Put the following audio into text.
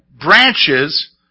branches